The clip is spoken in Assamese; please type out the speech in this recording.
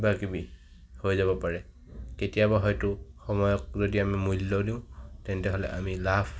কিবাকিবি হৈ যাব পাৰে কেতিয়াবা হয়তো সময়ক যদি আমি মূল্য দিওঁ তেন্তে হ'লে আমি লাভ